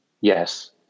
Yes